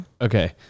Okay